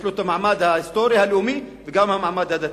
יש לו המעמד ההיסטורי הלאומי, וגם המעמד הדתי.